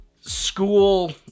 school